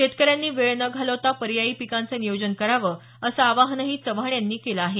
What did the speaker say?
शेतकऱ्यांनी वेळ न घालवता पर्यायी पिकांचं नियोजन करावं असं आवाहनही चव्हाण यांनी केलं आहे